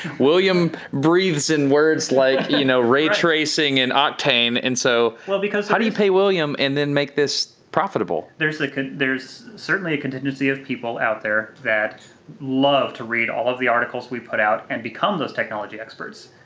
william breathes in words like you know ray-tracing and octane and so how do how do you pay william and then make this profitable? there's like ah there's certainly a contingency of people out there that love to read all of the articles we put out and become those technology experts.